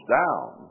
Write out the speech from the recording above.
down